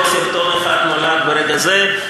עוד סרטון אחד נולד ברגע זה.